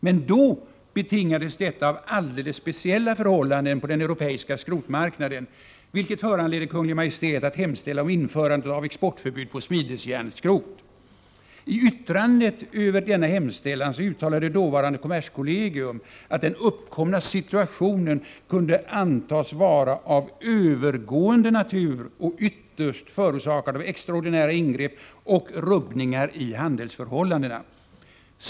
Men då betingades detta av alldeles speciella förhållanden på den europeiska skrotmarknaden, vilket föranledde Kungl. Maj:t att hemställa om införandet av exportförbud på smidesjärnskrot. I yttrandet över denna hemställan uttalade dåvarande kommerskollegium att den uppkomna situationen kunde antas vara av övergående natur och ytterst förorsakad av extraordinära ingrepp och rubbningar i handelsförhållandena.